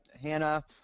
Hannah